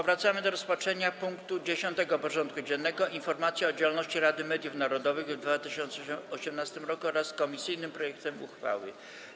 Powracamy do rozpatrzenia punktu 10. porządku dziennego: Informacja o działalności Rady Mediów Narodowych w 2018 roku wraz z komisyjnym projektem uchwały.